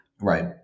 Right